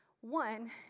One